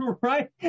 Right